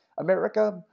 America